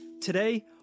Today